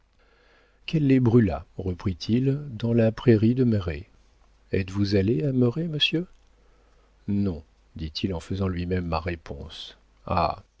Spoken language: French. qu'elle les brûla reprit-il dans la prairie de merret êtes-vous allé à merret monsieur non dit-il en faisant lui-même ma réponse